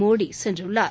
மோடி சென்றுள்ளார்